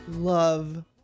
Love